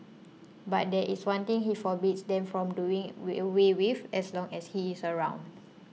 but there is one thing he forbids them from doing we away with as long as he is around